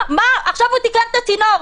עכשיו הוא תיקן את הצינור.